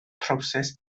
trowsus